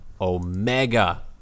Omega